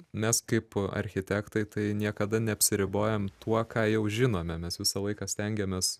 mes kaip architektai tai niekada neapsiribojam tuo ką jau žinome mes visą laiką stengiamės